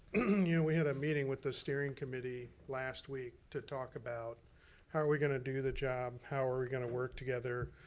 you know we had a meeting with the steering committee last week to talk about how are we gonna do the job, how are we gonna work together,